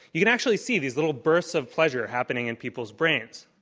you can actually see these little bursts of pleasure happening in people's brains.